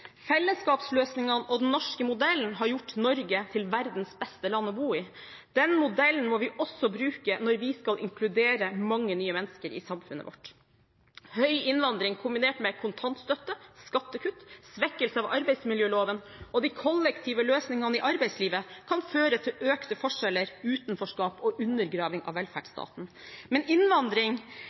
Fellesskapsløsningene og den norske modellen har gjort Norge til verdens beste land å bo i. Den modellen må vi også bruke når vi skal inkludere mange nye mennesker i samfunnet vårt. Høy innvandring kombinert med kontantstøtte, skattekutt, svekkelse av arbeidsmiljøloven og de kollektive løsningene i arbeidslivet kan føre til økte forskjeller, utenforskap og undergraving av velferdsstaten. Men innvandring